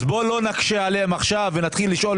אז בואו לא נקשה עליהם עכשיו ונתחיל לשאול